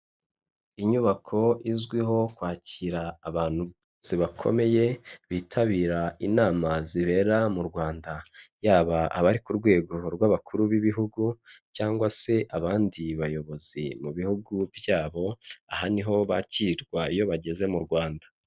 Inyubako izwiho kwakira abantu bakomeye bitabira inama zibera mu Rwanda, yaba abari ku rwego rw'abakuru b'ibihugu cyangwa se abandi bayobozi mu bihugu byabo aha niho bakirirwa iyo bageze mu Rwanda.